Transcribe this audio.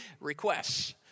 requests